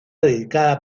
dedicada